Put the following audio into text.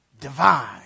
divine